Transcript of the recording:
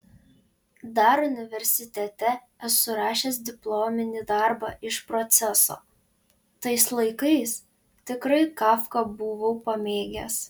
dar universitete esu rašęs diplominį darbą iš proceso tais laikais tikrai kafką buvau pamėgęs